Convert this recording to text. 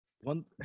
one